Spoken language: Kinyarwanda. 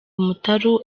umutaru